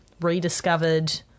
rediscovered